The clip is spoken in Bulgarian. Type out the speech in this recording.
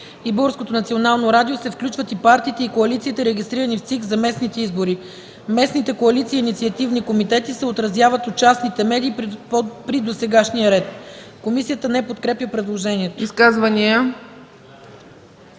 Българското национално радио се включват и партиите и коалициите, регистрирани в ЦИК за местните избори. Местните коалиции и инициативни комитети се отразяват от частните медии при досегашния ред.” Комисията не подкрепя предложението.